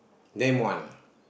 name one